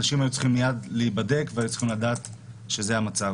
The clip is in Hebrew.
אנשים היו צריכים מיד להיבדק ולדעת שזה המצב.